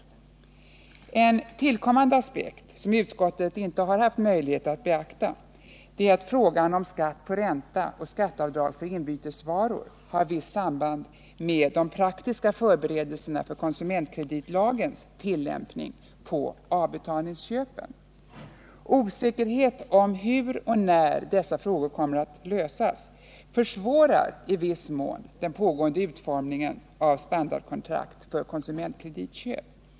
Fredagen den En tillkommande aspekt, som utskottet inte haft möjlighet att beakta, är att 15 december 1978 frågan om skatt på ränta och skatteavdrag för inbytesvaror har visst samband med de praktiska förberedelserna för konsumentkreditlagens tillämpning på avbetalningsköpen. Osäkerhet om hur och när dessa frågor kommer att lösas försvårar i viss mån den pågående utformningen av standardkontrakt för konsumentkreditköp.